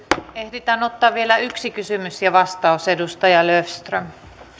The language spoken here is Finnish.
ehditään ottaa vielä yksi kysymys ja vastaus edustaja löfström värderade fru